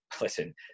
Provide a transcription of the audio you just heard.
listen